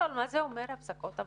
אתה חייב להפסיק את העבודה.